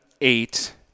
eight